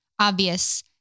obvious